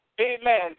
amen